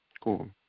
Cool